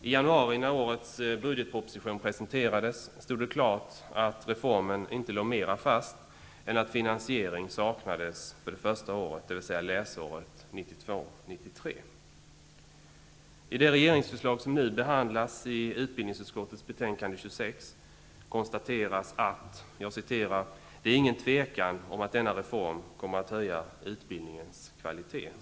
I januari, när årets budgetproposition presenterades, stod det klart att reformen inte låg mer fast än att finansiering saknades för det första året, dvs. läsåret 1992/93. I det regeringsförslag som nu behandlas i utbildningsutskottets betänkande 26 konstateras: ''Det är ingen tvekan om att denna reform kommer att höja utbildningens kvalitet.''